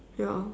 ya